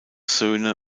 söhne